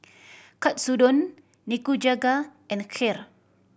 Katsudon Nikujaga and Kheer